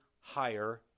higher